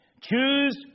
choose